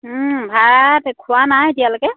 ভাত খোৱা নাই এতিয়ালৈকে